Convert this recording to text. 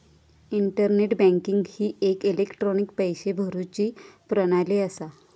internet banking ही एक electronic पैशे भरुची प्रणाली असा